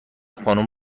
خانوم